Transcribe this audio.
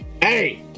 Hey